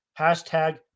hashtag